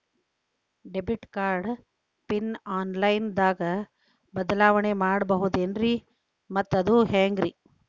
Debit card PIN online ದಾಗ ಬದಲಾವಣೆ ಮಾಡಬಹುದೇನ್ರಿ ಮತ್ತು ಅದು ಹೆಂಗ್ರಿ?